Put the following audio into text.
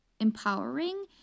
empowering